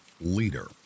leader